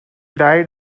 died